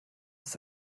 ist